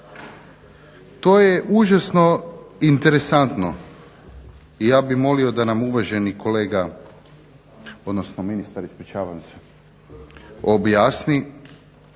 To je užasno interesantno i ja bih molio da nam uvaženi kolega, odnosno ministar ispričavam se, objasni